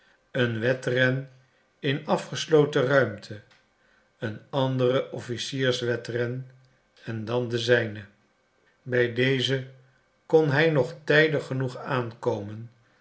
een wedren in afgesloten ruimte een andere officierswedren en dan de zijne bij dezen kon hij nog tijdig genoeg aankomen